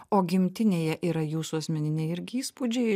o gimtinėje yra jūsų asmeniniai irgi įspūdžiai